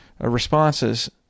responses